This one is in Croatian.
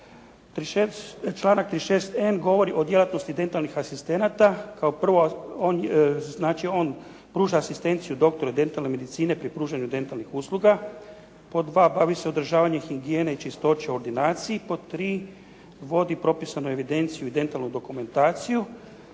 Članak 36.n govori o djelatnosti dentalnih asistenata. Kao prvo, znači on pruža asistenciju doktoru dentalne medicine pri pružanju dentalnih usluga. Pod dva bavi se održavanjem higijene i čistoće u ordinaciji. Pod tri, vodi propisanu evidenciju i dentalnu dokumentaciju.